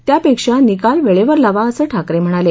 त्यापेक्षा निकाल वेळेवर लावा असं ठाकरे म्हणाले